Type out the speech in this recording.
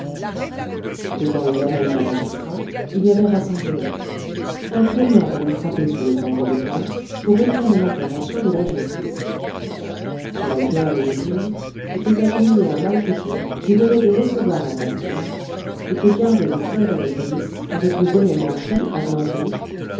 devant le yamen d'un magistrat il y avait rassemblement un plaignant venait frapper sur le tambour des plaintes pour réclamer l'intervention de la justice sur la pierre léou ping était agenouillé un malfaiteur qui venait de recevoir la bastonnade et que gardaient des soldats de police avec le bonnet mantchou à glands rouges